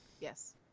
yes